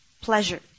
pleasure